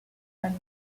and